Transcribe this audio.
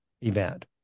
event